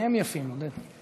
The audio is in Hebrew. שניהם יפים, עודד.